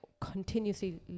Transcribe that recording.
continuously